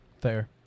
Fair